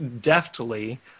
deftly